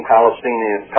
Palestinian